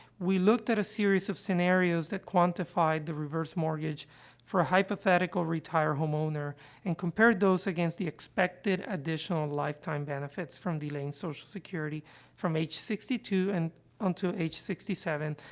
we looked at a series of scenarios that quantified the reverse mortgage for a hypothetical retired homeowner and compared those against the expected additional lifetime benefits from delaying social security from age sixty two and until age sixty seven,